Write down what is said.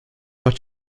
but